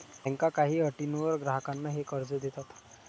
बँका काही अटींवर ग्राहकांना हे कर्ज देतात